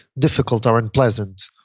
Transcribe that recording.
difficult or unpleasant,